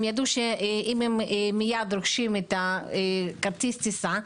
הם ידעו שאם הם מייד רוכשים את כרטיס הטיסה,